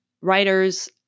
writers